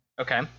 Okay